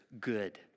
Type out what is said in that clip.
good